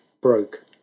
broke